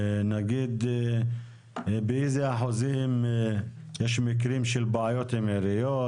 נגיד באיזה אחוזים יש מקרים של בעיות עם עיריות.